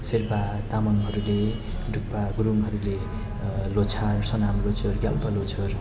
शेर्पा तामाङहरूले डुक्पा गुरुङहरूले ल्होसार सोनाम ल्होसार ग्याल्पो ल्होसार